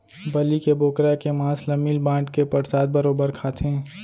बलि के बोकरा के मांस ल मिल बांट के परसाद बरोबर खाथें